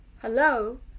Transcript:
Hello